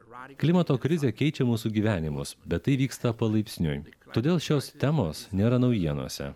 klimato krizė keičia mūsų gyvenimus bet tai vyksta palaipsniui todėl šios temos nėra naujienose